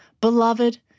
Beloved